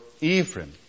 Ephraim